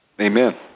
Amen